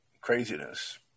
Craziness